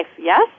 Yes